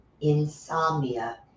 insomnia